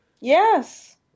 Yes